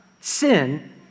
sin